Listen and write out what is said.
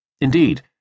Indeed